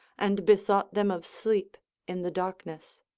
and bethought them of sleep in the darkness.